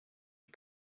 les